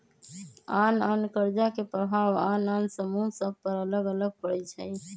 आन आन कर्जा के प्रभाव आन आन समूह सभ पर अलग अलग पड़ई छै